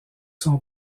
son